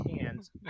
hands